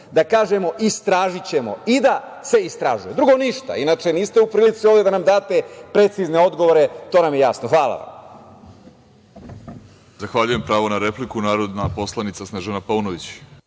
da kažemo istražićemo i da se istražuje, drugo ništa. Inače, niste u prilici ovda da nam date precizne odgovore, to nam je jasno. Hvala vam. **Vladimir Orlić** Zahvaljujem. Pravo na repliku, narodna poslanica Snežana Paunović.